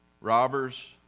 Robbers